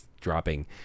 dropping